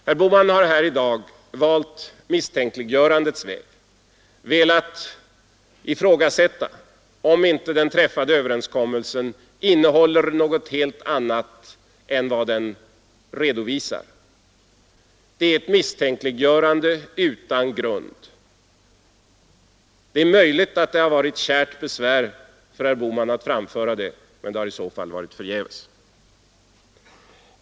Herr Bohman har här i dag valt misstänkliggörandets väg, velat ifrågasätta om inte den träffade överenskommelsen innehåller något helt annat än vad den redovisar. Det är ett misstänkliggörande utan grund. Det är möjligt att det har varit ett kärt besvär för herr Bohman att framföra detta, men det har i så fall varit förgäves.